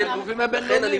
התפקיד של הוועדה הוא